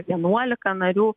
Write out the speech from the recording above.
vienuolika narių